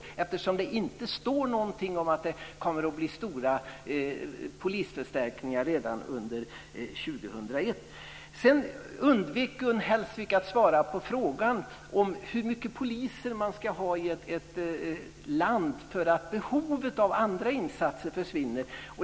Det står inte någonting om att det kommer att bli stora polisförstärkningar redan under Gun Hellsvik undvek att svara på frågan om hur många poliser man ska ha i ett land för att behovet av andra insatser försvinner.